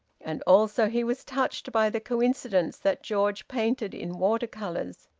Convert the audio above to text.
and also he was touched by the coincidence that george painted in water-colours,